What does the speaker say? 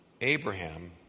Abraham